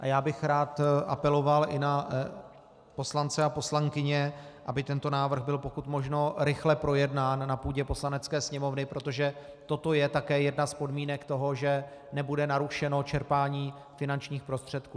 A já bych rád apeloval i na poslance a poslankyně, aby tento návrh byl pokud možno rychle projednán na půdě Poslanecké sněmovny, protože toto je také jedna z podmínek toho, že nebude narušeno čerpání finančních prostředků.